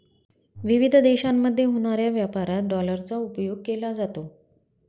विविध देशांमध्ये होणाऱ्या व्यापारात डॉलरचा उपयोग केला जातो